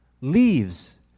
leaves